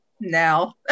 now